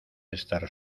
estar